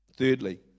Thirdly